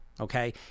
okay